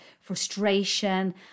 frustration